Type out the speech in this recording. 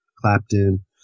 Clapton